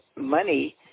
money